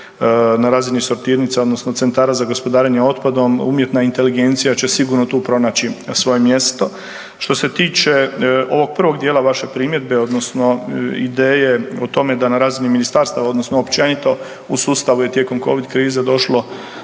na razini sortirnice odnosno centara za gospodarenje otpadom, umjetna inteligencija će sigurno tu pronaći svoje mjesto. Što se tiče ovog prvog dijela vaše primjedbe odnosno ideje o tome da na razini ministarstava odnosno općenito u sustavu je tijekom covid krize došlo